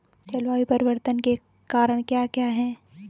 जलवायु परिवर्तन के कारण क्या क्या हैं?